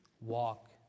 walk